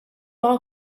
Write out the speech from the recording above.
all